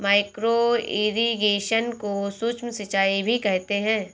micro irrigation को सूक्ष्म सिंचाई भी कहते हैं